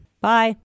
Bye